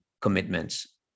commitments